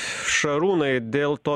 šarūnai dėl to